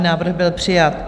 Návrh byl přijat.